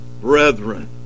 brethren